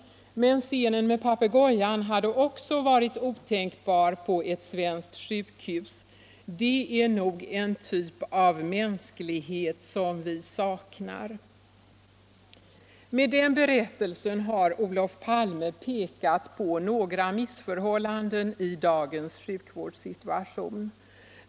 Men scenen med papegojan hade också varit otänkbar på ett svenskt sjukhus. Det är nog en typ av mänsklighet som vi saknar.” Med den berättelsen har Olof Palme pekat på några missförhållanden i dagens sjukvårdssituation.